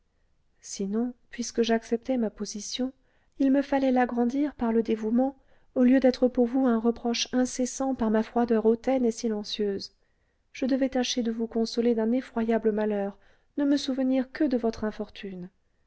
sinon puisque j'acceptais ma position il me fallait l'agrandir par le dévouement au lieu d'être pour vous un reproche incessant par ma froideur hautaine et silencieuse je devais tâcher de vous consoler d'un effroyable malheur ne me souvenir que de votre infortune